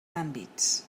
àmbits